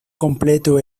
completo